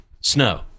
snow